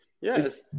Yes